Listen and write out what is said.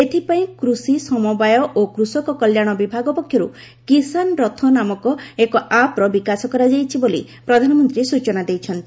ଏଥିପାଇଁ କୃଷି ସମବାୟ ଓ କୃଷକ କଲ୍ୟାଣ ବିଭାଗ ପକ୍ଷରୁ 'କିଷାନ ରଥ' ନାମକ ଏକ ଆପ୍ର ବିକାଶ କରାଯାଇଛି ବୋଲି ପ୍ରଧାନମନ୍ତ୍ରୀ ସ୍ୱଚନା ଦେଇଛନ୍ତି